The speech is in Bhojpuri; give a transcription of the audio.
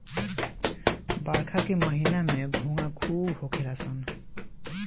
बरखा के महिना में घोंघा खूब होखेल सन